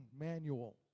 Manual